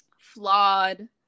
flawed